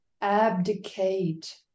abdicate